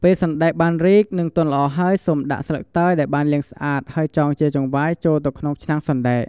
ពេលសណ្ដែកបានរីក និងទន់ល្អហើយ សូមដាក់ ស្លឹកតើយ ដែលបានលាងស្អាតហើយចងជាចង្វាយចូលទៅក្នុងឆ្នាំងសណ្ដែក។